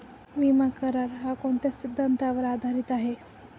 विमा करार, हा कोणत्या सिद्धांतावर आधारीत आहे?